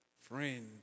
Friend